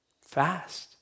fast